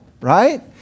right